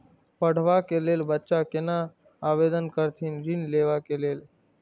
पढ़वा कै लैल बच्चा कैना आवेदन करथिन ऋण लेवा के लेल?